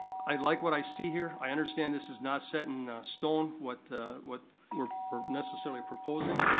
i like what i see here, i understand this is not set in stone what what we're necessarily proposing.